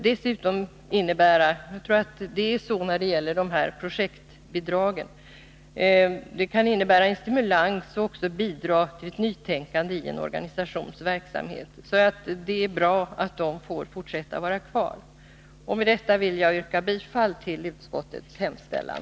Dessa projektbidrag kan dessutom innebära en stimulans och medverka till ett nytänkande i en organisations verksamhet. Det är därför bra att de får vara kvar. Med detta vill jag yrka bifall till utskottets hemställan.